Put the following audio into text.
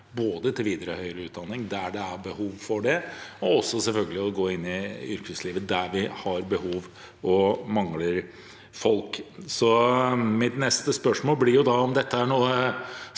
til videre høyere utdanning der det er behov for det, og å motivere til å gå inn i yrkeslivet der vi har behov og mangler folk. Mitt neste spørsmål blir da om dette er noe